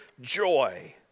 joy